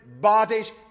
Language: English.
bodies